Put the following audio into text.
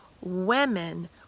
women